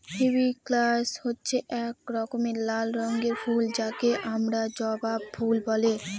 hibiscus হচ্ছে এক রকমের লাল রঙের ফুল যাকে আমরা জবা ফুল বলে